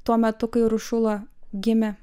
tuo metu kai uršula gimė